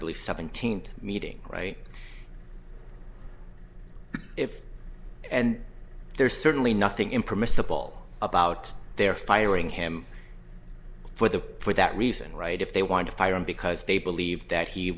believe seventeenth meeting right if and there's certainly nothing in permissible about their firing him for the for that reason right if they wanted to fire him because they believed that he